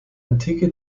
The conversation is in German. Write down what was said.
antike